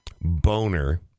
boner